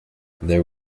there